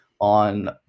on